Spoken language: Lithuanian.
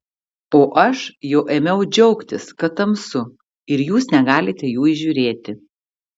o aš jau ėmiau džiaugtis kad tamsu ir jūs negalite jų įžiūrėti